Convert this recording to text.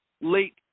late